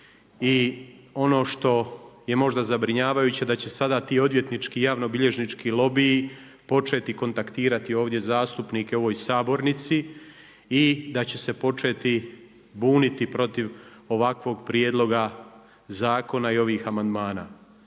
I ono što je možda zabrinjavajuće da će sada ti odvjetnički i javnobilježnički lobiji početi kontaktirati ovdje zastupnike u ovoj sabornici i da će se početi buniti protiv ovakvog prijedloga zakona i ovih amandmana.